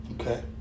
Okay